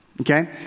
Okay